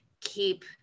keep